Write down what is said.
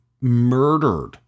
murdered